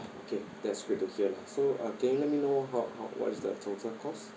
okay that's great to hear lah so can you let me know how how what is the total cost